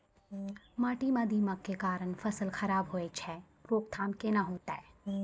माटी म दीमक के कारण फसल खराब होय छै, रोकथाम केना होतै?